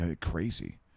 Crazy